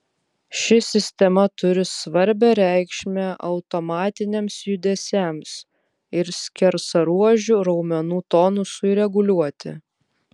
ši sistema turi svarbią reikšmę automatiniams judesiams ir skersaruožių raumenų tonusui reguliuoti